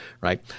right